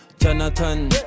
Jonathan